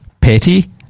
Petty